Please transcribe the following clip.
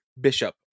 bishop